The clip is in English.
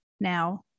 now